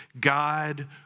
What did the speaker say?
God